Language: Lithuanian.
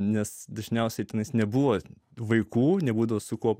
nes dažniausiai tenai nebuvo vaikų nebūdavo su kuo